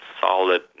solid